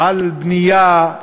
לבנייה.